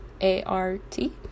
A-R-T